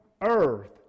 earth